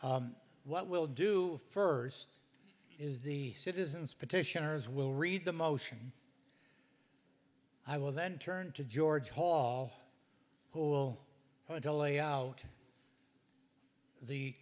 what we'll do first is the citizens petitioners will read the motion i will then turn to george hall who will want to lay out the